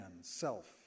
self